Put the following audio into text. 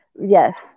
Yes